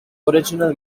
original